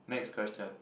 next question